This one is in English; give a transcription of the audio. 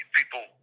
people